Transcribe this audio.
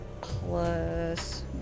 plus